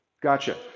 gotcha